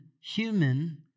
human